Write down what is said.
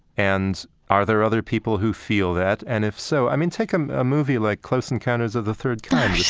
and are there other people who feel that? and if so i mean, take um a movie like close encounters of the third kind,